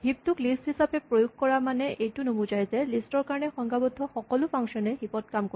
heap টোক list হিচাপে প্ৰয়োগ কৰা মানে এইটো নুবুজাই যে লিষ্ট ৰ কাৰণে সংজ্ঞাবদ্ধ সকলো ফাংচন এ হিপ ত কাম কৰিব